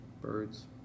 birds